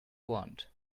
want